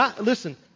listen